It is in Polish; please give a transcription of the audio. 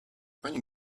pani